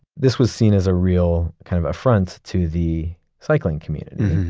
this was seen as a real kind of affront to the cycling community,